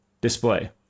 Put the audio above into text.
display